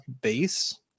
base